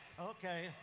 Okay